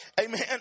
Amen